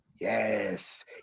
Yes